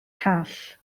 call